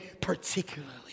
particularly